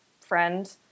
friend